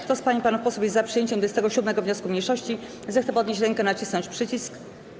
Kto z pań i panów posłów jest za przyjęciem 27. wniosku mniejszości, zechce podnieść rękę i nacisnąć przycisk.